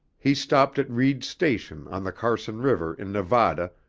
he stopped at reed's station on the carson river in nevada,